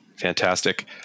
fantastic